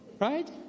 Right